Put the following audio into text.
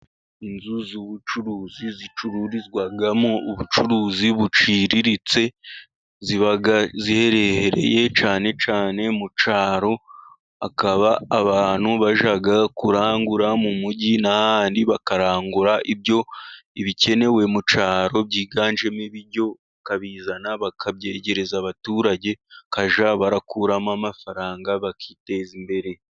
Inzu z'ubucuruzi zicururizwamo ubucuruzi buciriritse, ziba ziherereye cyane cyane mu cyaro, hakaba abantu bajya kurangura mu mujyi n'ahandi bakarangura ibyo bikenewe mu cyaro, byiganjemo ibiryo, bakabizana bakabyegereza abaturage bakajya bakuramo amafaranga bakiteza imbere.